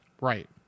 Right